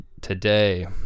today